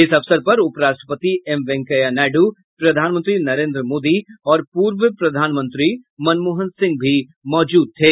इस अवसर पर उप राष्ट्रपति एम वेंकैया नायडू प्रधानमंत्री नरेंद्र मोदी और पूर्व प्रधानमंत्री मनमोहन सिंह भी मौजूद थे